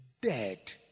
Dead